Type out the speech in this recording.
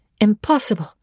impossible